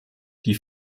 die